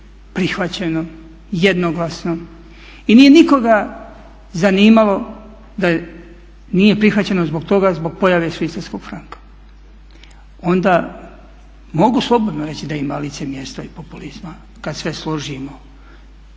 prihvaćeno jednoglasno i nije nikoga zanimalo da nije prihvaćeno zbog toga zbog pojave švicarskog franka. Onda mogu slobodno reći da ima licemjerstva i populizma kada sve složimo